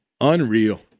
Unreal